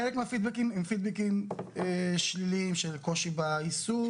חלק מהפידבקים הם פידבקים שליליים של קושי ביישום,